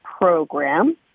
Program